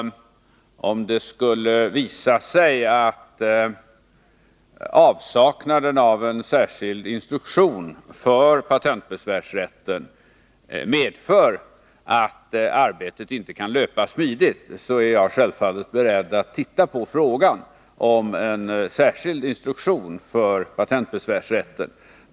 Om det skulle visa sig att avsaknaden av särskild instruktion för patentbesvärsrätten medför att arbetet inte kan löpa smidigt, är jag självfallet beredd att se på frågan om en särskild instruktion för patentbesvärsrätten.